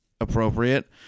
appropriate